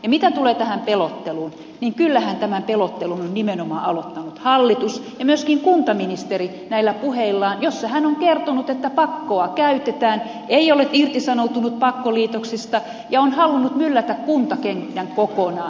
mitä tulee tähän pelotteluun niin kyllähän tämän pelottelun on nimenomaan aloittanut hallitus ja myöskin kuntaministeri näillä puheillaan joissa hän on kertonut että pakkoa käytetään ei ole irtisanoutunut pakkoliitoksista ja on halunnut myllätä kuntakentän kokonaan